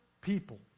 people